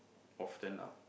often lah